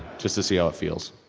just to see how it feels.